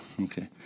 Okay